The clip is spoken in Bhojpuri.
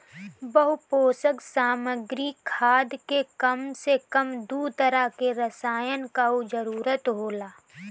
बहुपोषक सामग्री खाद में कम से कम दू तरह के रसायन कअ जरूरत होला